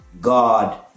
god